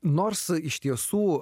nors iš tiesų